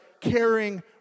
caring